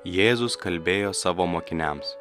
jėzus kalbėjo savo mokiniams